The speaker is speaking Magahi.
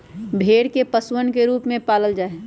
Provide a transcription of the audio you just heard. भेड़ के पशुधन के रूप में पालल जा हई